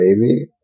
baby